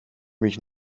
mich